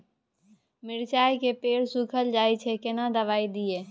मिर्चाय के पेड़ सुखल जाय छै केना दवाई दियै?